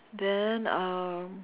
then um